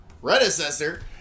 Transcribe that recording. Predecessor